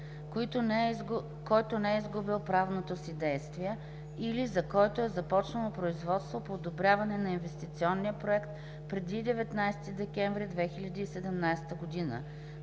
който не е изгубил правното си действие, или за който е започнало производство по одобряване на инвестиционния проект преди 19 декември 2017 г.,